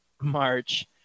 march